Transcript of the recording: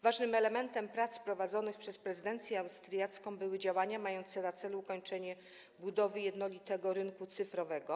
Ważnym elementem prac prowadzonych przez prezydencję austriacką były działania mające na celu ukończenie budowy jednolitego rynku cyfrowego.